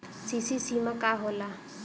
CC सीमा का होला?